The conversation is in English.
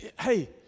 Hey